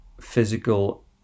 physical